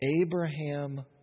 Abraham